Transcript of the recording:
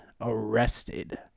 arrested